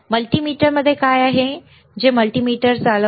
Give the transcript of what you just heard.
मल्टीमीटरमध्ये काय आहे जे मल्टीमीटर चालवते